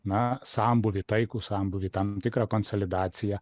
na sambūvį taikų sambūvį tam tikrą konsolidaciją